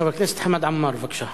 חבר הכנסת חמד עמאר, בבקשה.